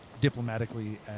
diplomatically